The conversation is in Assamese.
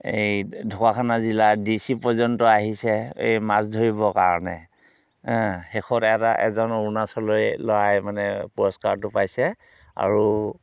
এই ঢকুৱাখনা জিলাৰ ডি চি পৰ্যন্ত আহিছে এই মাছ ধৰিব কাৰণে শেষত এটা এজন অৰুণাচলৰে ল'ৰাই মানে পুৰষ্কাৰটো পাইছে আৰু